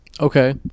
Okay